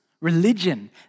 religion